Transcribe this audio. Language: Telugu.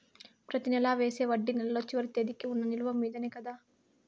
ప్రతి నెల వేసే వడ్డీ నెలలో చివరి తేదీకి వున్న నిలువ మీదనే కదా?